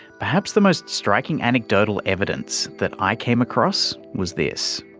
perhaps the most striking anecdotal evidence that i came across was this